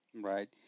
Right